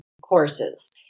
courses